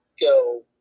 go